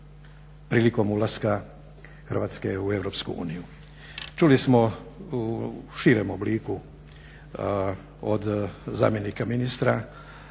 prilikom ulaska Hrvatske u EU. Čuli smo u širem obliku od zamjenika ministra